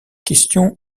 question